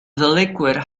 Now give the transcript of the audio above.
liquid